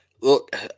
Look